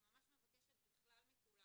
אני מבקשת בכלל, מכולם